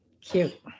Cute